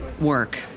work